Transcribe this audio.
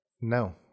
No